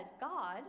God